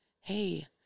hey